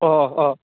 अह अह